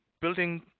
building